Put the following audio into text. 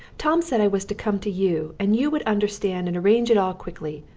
tom said i was to come to you, and you would understand and arrange it all quickly.